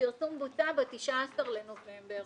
הפרסום בוצע ב-19 בנובמבר.